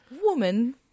Woman